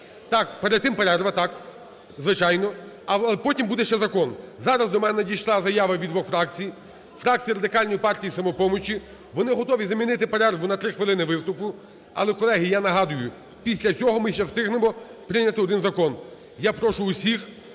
Так, перед тим перерва. Так, звичайно. А потім буде ще закон. Зараз до мене надійшла заява від двох фракцій: фракції Радикальної партії і "Самопоміч". Вони готові замінити перерву на три хвилини виступу. Але, колеги, я нагадую, після цього ми ще встигнемо прийняти один закон. Я прошу усіх